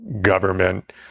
government